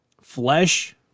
flesh